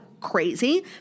crazy